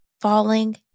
falling